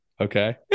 Okay